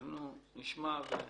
אנחנו נשמע.